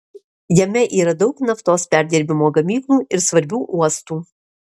jame yra daug naftos perdirbimo gamyklų ir svarbių uostų